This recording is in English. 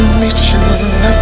mission